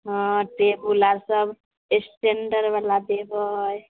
हँ टेबुल आर सब स्टेन्डरबला देबै